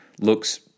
looks